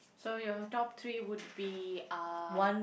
so your top three would be uh